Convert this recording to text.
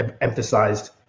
emphasized